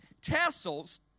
tassels